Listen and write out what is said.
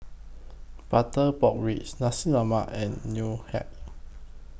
Butter Pork Ribs Nasi Lemak and Ngoh Hiang